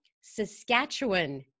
Saskatchewan